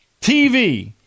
TV